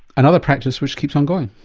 another practice which keeps on going.